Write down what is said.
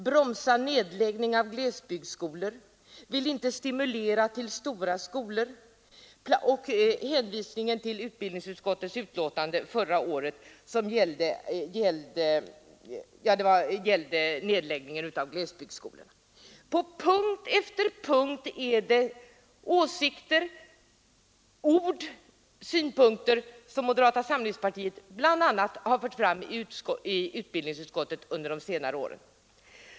Bromsa nedläggning av glesbygdsskolor. Vill inte stimulera till stora skolor. Och slutligen hänvisningen till utbildningsutskottets betänkande förra året just om nedläggning av glesbygdsskolor. På punkt efter punkt är det åsikter, ord, synpunkter som moderata samlingspartiet bl.a. har fört fram i utbildningsutskottet under de senare åren.